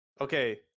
Okay